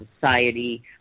society